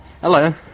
Hello